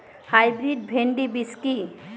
Hybrid ভীন্ডি বীজ কি?